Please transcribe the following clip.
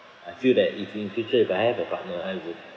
I feel that if in future if I have a partner I would